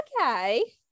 okay